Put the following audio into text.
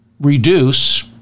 reduce